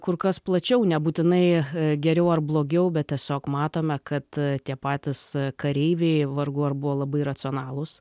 kur kas plačiau nebūtinai geriau ar blogiau bet tiesiog matome kad tie patys kareiviai vargu ar buvo labai racionalūs